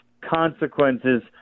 consequences